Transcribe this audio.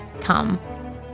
come